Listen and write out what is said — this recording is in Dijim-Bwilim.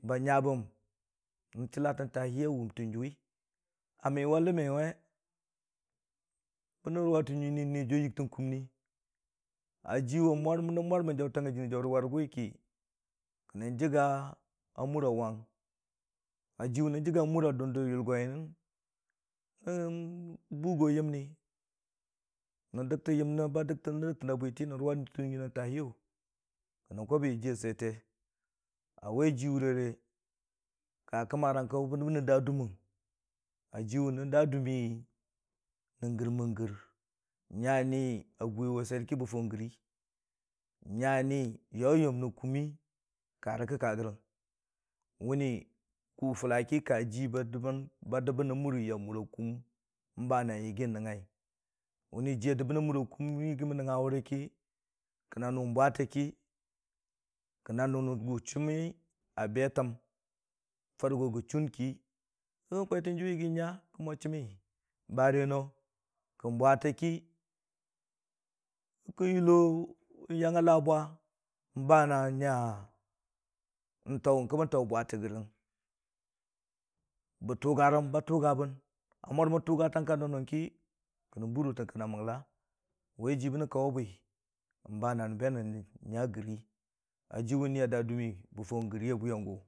Ba nya bəm, kə kənən chəla taa hi a wʊmtən jʊwi, ami wʊ ləmme we bə nən ruwa tən nyiinii Niya jiwʊ a yɨgtən kʊmni a jiwe mwarmən, nən mwarmən jautang a jɨnii jauri warigʊ we ki kə nən jəgga a mura wang, a jiwu nən jəgga a muri a Dʊn də yulgoyəng kə kən nən bʊgo yəmni nən dəgtən yəmni əb nən dəgtən na bwiti kə kən nən ruwa tən nyiiniiyan taa hi wʊ kə nən kaubwi a jiya swiyete, a jiwʊ nən da dʊmimi nən gərmən gər, nya ni a gʊwe wa swiyer ki bə faʊ gəri, nya ni yoyom nən kumimi karə kə ka gərəng mənni gʊ fʊla ki ka gʊji ba dəbbən a mura kʊmm n'ba na yɨgii nəngngai, mənni jiya dəb bən a muriya kum mən yɨgii mən nəngnga wʊ rə ki, kə na nu bwatə ki kə na nʊ nən gʊ chiimi a be təm farə go gən chuun ki, kə bən kwaitən jʊwi yɨgii nya mo chii mi bare no kən bwatə ki, kə ka yulo yang a labwa, ba na nya, nya yəng kə bən taʊ bwata gərəng, bə tʊgarəm ba tʊga bən, amurmən tʊgatang ka nən nɨn ki, kə nən bʊrotən kani a Məla, wai ji bə nən kwaʊ bwi ba nən be nən nya gəri.